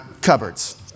cupboards